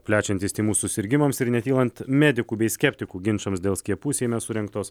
plečiantis tymų susirgimams ir netylant medikų bei skeptikų ginčams dėl skiepų seime surengtos